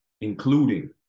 including